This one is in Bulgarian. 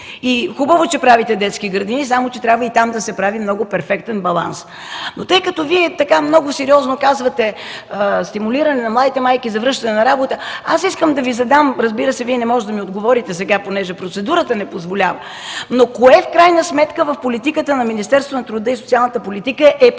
Хубаво е, че правите детски градини, само че и там трябва да се прави много перфектен баланс. Тъй като Вие много сериозно казвате „стимулиране на младите майки за връщане на работа”, бих искала да Ви задам въпрос, разбира се, Вие не можете да ми отговорите сега, защото процедурата не позволява, кое в крайна сметка в политиката на Министерството на труда и социалната политика е приоритетна